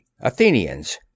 Athenians